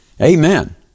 Amen